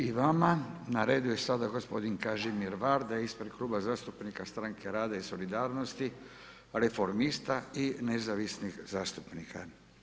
I vama, na redu je sada gospodin Kažimir Varda ispred Kluba zastupnika stranke rada i solidarnosti, reformista i nezavisnih zastupnika.